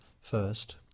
first